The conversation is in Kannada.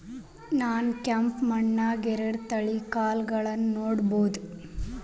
ನಾನ್ ಕೆಂಪ್ ಮಣ್ಣನ್ಯಾಗ್ ಎರಡ್ ತಳಿ ಕಾಳ್ಗಳನ್ನು ನೆಡಬೋದ?